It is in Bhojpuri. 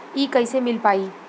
इ कईसे मिल पाई?